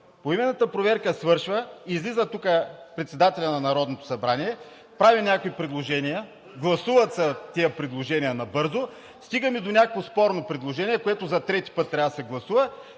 Поименната проверка свършва, излиза тук председателят на Народното събрание, прави някакви предложения, гласуват се тези предложения набързо, стигаме до някакво спорно предложение, което за трети път трябва да се гласува,